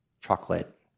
chocolate